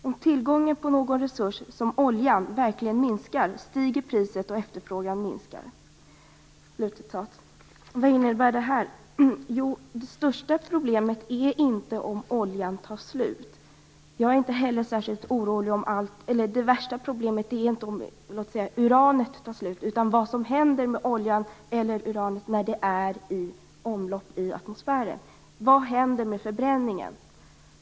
Om tillgången på någon resurs, som olja, verkligen minskar stiger priset och efterfrågan minskar. Vad innebär detta? Det största problemet är inte att oljan eller uranet kan ta slut. Jag är inte heller särskild orolig för det. Det största problemet är i stället vad som händer med oljan och uranet när det finns i omlopp i atmosfären. Vad händer med förbränningen?